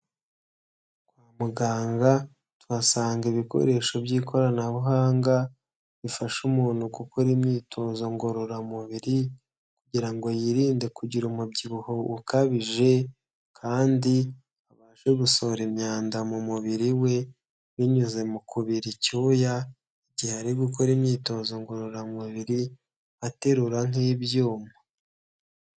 Kwa muganga twahasanga ibikoresho by'ikoranabuhanga bifasha umuntu gukora imyitozo ngororamubiri kugira ngo yirinde kugira umubyibuho ukabije kandi abashe gusohora imyanda mu mubiri we binyuze mu kubira icyuya igihe ari gukora imyitozo ngororamubiri aterura nk'ibyuma.